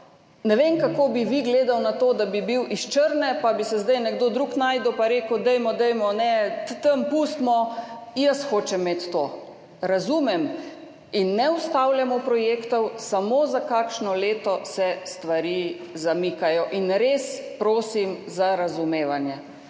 Ne vem, kako bi vi gledali na to, da bi bili iz Črne, pa bi se zdaj našel nekdo drug in rekel, dajmo, dajmo, ne, tam pustimo, jaz hočem imeti to. Razumem in ne ustavljamo projektov, samo za kakšno leto se stvari zamikajo. Res prosim za razumevanje.